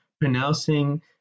pronouncing